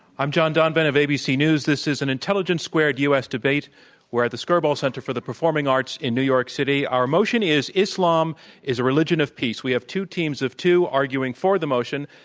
i'm john donvan of abc news. this is an intelligence squared u. s. debate at the skirball center for the performing arts in new york city. our motion is islam is a religion of peace. we have two teams of two. arguing for the motion,